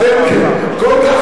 אתם כל כך